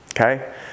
okay